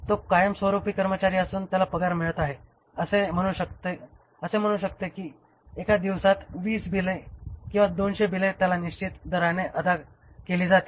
तो कायमस्वरूपी कर्मचारी असून त्याला पगार मिळत आहे असे म्हणू शकते की एका दिवसात 20 बिले किंवा 200 बिले त्याला निश्चित दराने अदा केली जातील